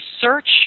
search